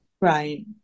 Right